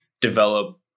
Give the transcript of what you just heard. develop